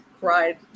cried